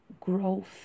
growth